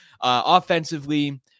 offensively